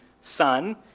son